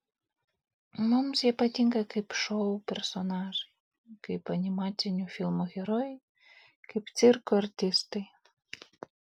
mums jie patinka kaip šou personažai kaip animacinių filmų herojai kaip cirko artistai